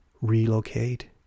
Relocate